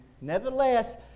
Nevertheless